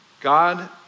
God